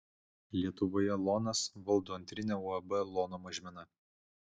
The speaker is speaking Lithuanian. lietuvoje lonas valdo antrinę uab lono mažmena